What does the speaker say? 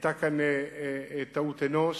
היתה כאן טעות אנוש.